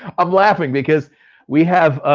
i'm laughing because we have.